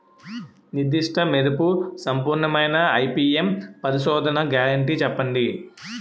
నిర్దిష్ట మెరుపు సంపూర్ణమైన ఐ.పీ.ఎం పరిశోధన గ్యారంటీ చెప్పండి?